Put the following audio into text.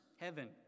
heaven